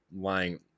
lying